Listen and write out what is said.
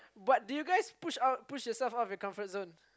but did you guys out did you guys push yourself out of your comfort zone